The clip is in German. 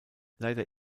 leider